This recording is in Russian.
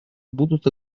будут